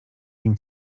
nim